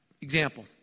Example